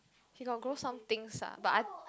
he got grow some things ah but I